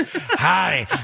Hi